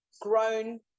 grown